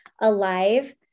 alive